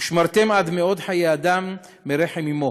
ושמרתם עד מאוד חיי אדם מרחם אמו,